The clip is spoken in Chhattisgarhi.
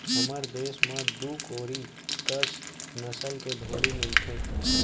हमर देस म दू कोरी कस नसल के भेड़ी मिलथें